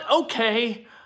Okay